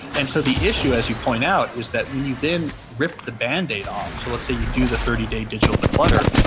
and so the issue, as you point out, is that when you then rip the bandaid off, so let's say you do the thirty day digital declutter,